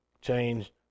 change